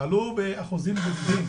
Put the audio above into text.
תעלו באחוזים בודדים,